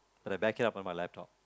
but i back it up on my laptop